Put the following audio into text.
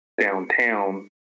downtown